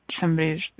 somebody's